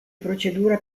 procedura